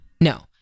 No